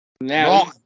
Now